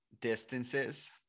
distances